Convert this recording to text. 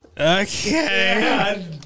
Okay